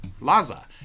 Laza